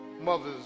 mothers